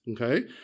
Okay